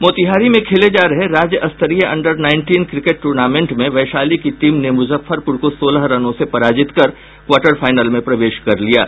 मोतिहारी में खेले जा रहे राज्य स्तरीय अंडर नाईंटीन क्रिकेट टूर्नामेंट में वैशाली की टीम ने मुजफ्फरपुर को सोलह रनों से पराजित कर क्वार्टर फाइनल में प्रवेश किया है